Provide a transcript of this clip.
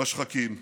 בשחקים.